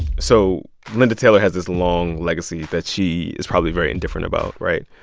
so linda taylor has this long legacy that she is probably very indifferent about, right?